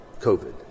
COVID